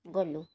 ଗଲୁ